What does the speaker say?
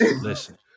Listen